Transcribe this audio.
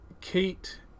Kate